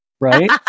right